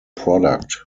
product